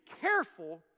careful